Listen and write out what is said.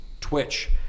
Twitch